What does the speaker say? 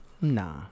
Nah